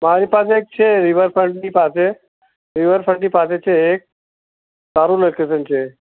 મારી પાસે એક છે રીવેરફ્રન્ટની પાસે રીવરફ્રન્ટની પાસે છે એક સારું લોકેશન છે